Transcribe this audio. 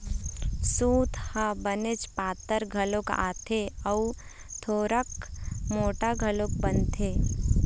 सूत ह बनेच पातर घलोक आथे अउ थोरिक मोठ्ठा घलोक बनथे